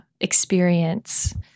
experience